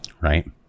right